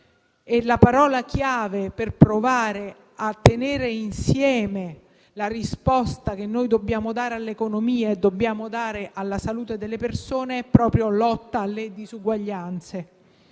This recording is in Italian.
la parola chiave per provare a tenere insieme la risposta che dobbiamo dare all'economia e alla salute è proprio «lotta alle disuguaglianze».